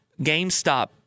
GameStop